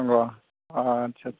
नंगौ आच्चा